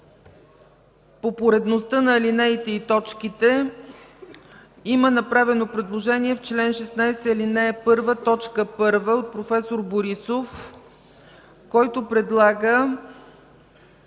По поредността на алинеите и точките – има направено предложение в чл. 16, ал. 1, т. 1 от проф. Борисов, който предлага